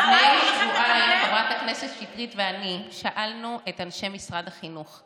לפני שבועיים חברת הכנסת שטרית ואני שאלנו את אנשי משרד החינוך: